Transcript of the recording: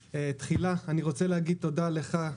אני רוצה להגיד תודה לך,